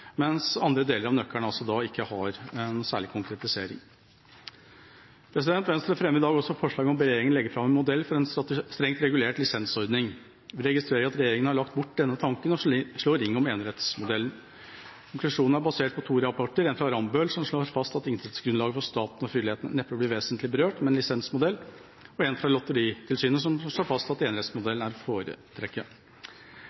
mens andre deler av nøkkelen ikke har noe særlig konkretisering. Venstre fremmer i dag også forslag om å be regjeringa legge fram en modell for en strengt regulert lisensordning. Jeg registrerer at regjeringa har lagt bort denne tanken og slår ring om enerettsmodellen. Konklusjonen er basert på to rapporter – én fra Rambøll, som slår fast at inntektsgrunnlaget for staten og frivilligheten neppe blir vesentlig berørt med en lisensmodell, og én fra Lotteritilsynet, som slår fast at